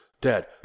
Dad